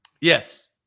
Yes